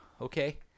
okay